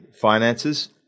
finances